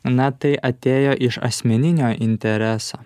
na tai atėjo iš asmeninio intereso